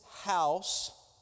house